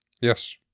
Yes